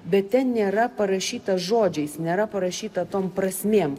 bet ten nėra parašyta žodžiais nėra parašyta tom prasmėm